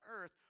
earth